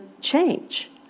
change